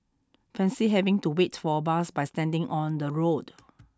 Fancy having to wait for a bus by standing on the road